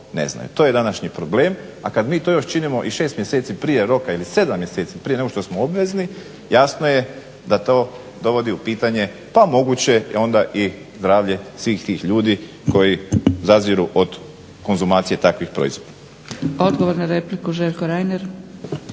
To je današnji problem. A kad mi to još činimo i 6 mjeseci prije roka ili 7 mjeseci prije nego što smo obvezni jasno je da to dovodi u pitanje pa moguće onda i zdravlje svih tih ljudi koji zaziru od konzumacije takvih proizvoda. **Zgrebec, Dragica